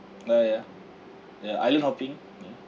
oh ya ya island hopping ya